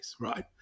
right